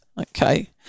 Okay